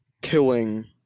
killing